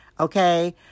Okay